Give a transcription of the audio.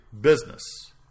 business